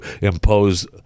impose